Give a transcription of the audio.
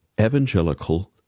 evangelical